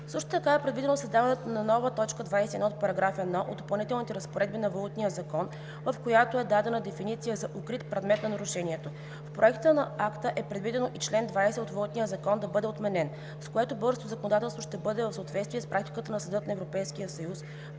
Също така е предвидено създаването на нова т. 21 от параграф 1 от Допълнителната разпоредба на Валутния закон, в която е дадена дефиниция за „укрит“ предмет на нарушението. В Проекта на акт е предвидено и чл. 20 от Валутния закон да бъде отменен, с което българското законодателство ще бъде в съответствие с практиката на Съда на Европейския съюз